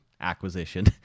acquisition